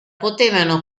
potevano